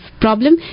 problem